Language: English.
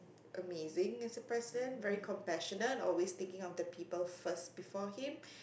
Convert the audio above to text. amazing as a President very compassionate always thinking of the people first before him